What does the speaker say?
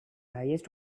highest